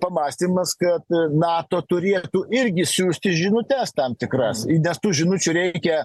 pamąstymas kad nato turėtų irgi siųsti žinutes tam tikras nes tų žinučių reikia